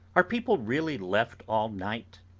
are people really left all night,